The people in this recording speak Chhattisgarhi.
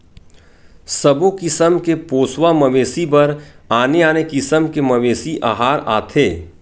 सबो किसम के पोसवा मवेशी बर आने आने किसम के मवेशी अहार आथे